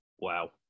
wow